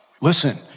listen